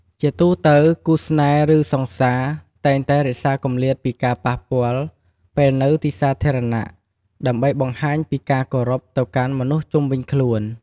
ជាទូទៅ គូស្នេហ៍ ឬ សង្សារ តែងតែរក្សាគម្លាតពីការប៉ះពាល់ពេលនៅទីសាធារណៈ ដើម្បីបង្ហាញពីការគោរពទៅកាន់មនុស្សជុំវិញខ្លួន។